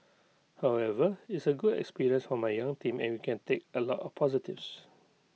however it's A good experience for my young team and we can take A lot of positives